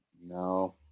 No